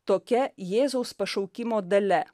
tokia jėzaus pašaukimo dalia